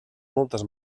moltes